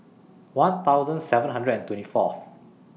one thousand seven hundred and twenty Fourth